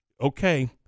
Okay